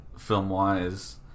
Film-wise